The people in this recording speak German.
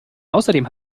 außerdem